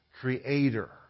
Creator